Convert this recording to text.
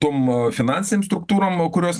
tom finansinėm struktūrom kurios